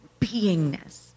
beingness